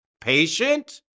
Patient